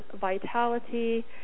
vitality